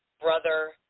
brother